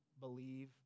believe